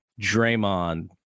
Draymond